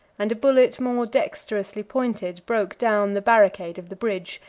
and a bullet more dexterously pointed broke down the barricade of the bridge,